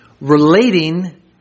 relating